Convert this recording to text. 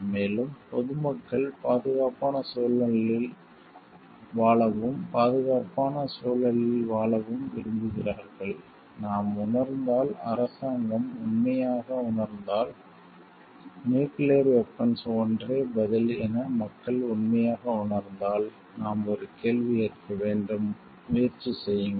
மேலும் பொதுமக்கள் பாதுகாப்பான சூழலில் வாழவும் பாதுகாப்பான சூழலில் வாழவும் விரும்புகிறார்கள் நாம் உணர்ந்தால் அரசாங்கம் உண்மையாக உணர்ந்தால் நியூக்கிளியர் வெபன்ஸ் ஒன்றே பதில் என மக்கள் உண்மையாக உணர்ந்தால் நாம் ஒரு கேள்வி கேட்க வேண்டும் முயற்சி செய்யுங்கள்